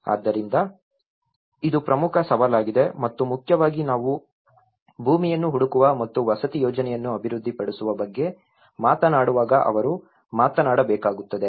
ಆದ್ದರಿಂದ ಇದು ಪ್ರಮುಖ ಸವಾಲಾಗಿದೆ ಮತ್ತು ಮುಖ್ಯವಾಗಿ ನಾವು ಭೂಮಿಯನ್ನು ಹುಡುಕುವ ಮತ್ತು ವಸತಿ ಯೋಜನೆಯನ್ನು ಅಭಿವೃದ್ಧಿಪಡಿಸುವ ಬಗ್ಗೆ ಮಾತನಾಡುವಾಗ ಅವರು ಮಾತನಾಡಬೇಕಾಗುತ್ತದೆ